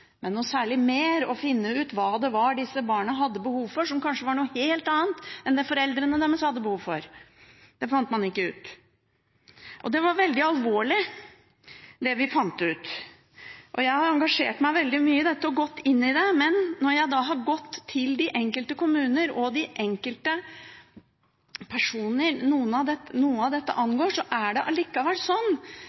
særlig mer om hva disse barna hadde behov for – som kanskje var noe helt annet enn det foreldrene deres hadde behov for – fant man ikke ut. Det var veldig alvorlig det vi fant ut. Jeg har engasjert meg veldig mye i dette og gått inn i det. Men etter å ha henvendt meg til de enkelte kommuner og de enkelte personer noe av dette angår, er det allikevel